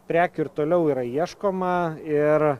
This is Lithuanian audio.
prekių ir toliau yra ieškoma ir